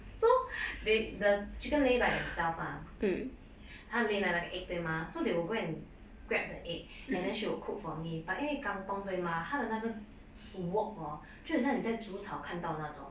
so the chicken lay by themselves lah 它 lay 了那个 egg 对吗 so they will go and grab the egg and then she will cook for me but 因为 kampung 对吗她的那个 wok hor 就有点像你在煮炒看到的那种